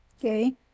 Okay